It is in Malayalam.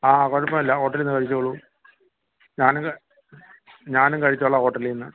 ആ കുഴപ്പമില്ല ഹോട്ടലിൽ നിന്ന് കഴിച്ചോളൂ ഞാനും ക ഞാനും കഴിച്ചോളാം ഹോട്ടലിൽ നിന്ന്